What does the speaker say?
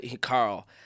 carl